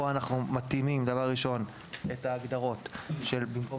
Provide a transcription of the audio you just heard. כאן דבר ראשון אנחנו מתאימים את ההגדרות של במקום